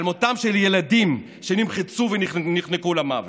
על מותם של ילדים שנמחצו ונחנקו למוות.